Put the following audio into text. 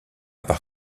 part